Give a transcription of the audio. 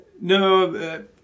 No